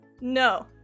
No